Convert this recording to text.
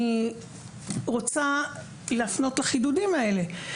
אני רוצה להפנות לחידודים האלה.